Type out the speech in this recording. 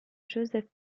joseph